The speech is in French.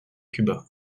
cuba